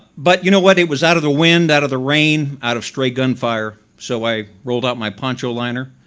but you know what, it was out of the wind, out of the rain, out of stray gunfire. so i rolled out my poncho liner,